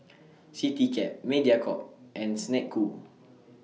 Citycab Mediacorp and Snek Ku